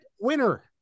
winner